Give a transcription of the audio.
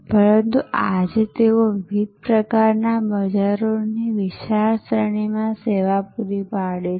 પરંતુ આજે તેઓ વિવિધ પ્રકારના બજારોની વિશાળ શ્રેણીમાં સેવા આપી રહ્યાં છે